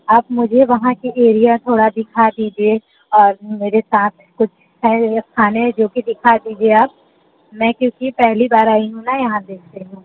आप मुझे वहाँ के एरिया थोड़ा दिखा दीजिए और मेरे साथ कुछ जो कि दिखा दीजिए आप मैं क्योंकि पहली बार आई हूँ न यहाँ देखने को